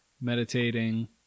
meditating